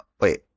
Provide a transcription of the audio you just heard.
wait